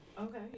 Okay